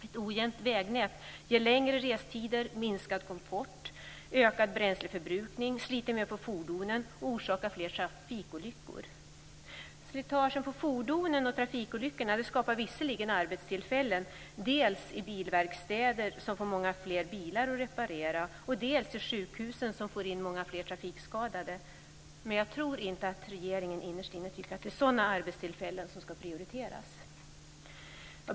Ett ojämnt vägnät ger längre restider, minskad komfort, ökad bränsleförbrukning och ökat slitage på fordonen och orsakar fler trafikolyckor. Slitaget på fordonen och trafikolyckorna skapar visserligen arbetstillfällen - dels i bilverkstäder som får många fler bilar att reparera, dels på sjukhusen som får in många fler trafikskadade. Men jag tror inte att man i regeringen innerst inne tycker att det är sådana arbetstillfällen som ska prioriteras.